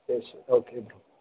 Keshav okay okay